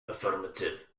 affirmative